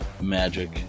magic